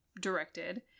directed